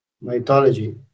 mythology